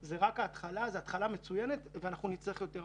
30% זה התחלה מצוינת, אבל אנחנו נצטרך יותר.